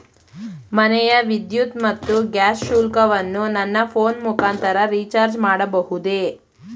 ಮನೆಯ ವಿದ್ಯುತ್ ಮತ್ತು ಗ್ಯಾಸ್ ಶುಲ್ಕವನ್ನು ನನ್ನ ಫೋನ್ ಮುಖಾಂತರ ರಿಚಾರ್ಜ್ ಮಾಡಬಹುದೇ?